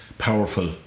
powerful